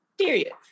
Serious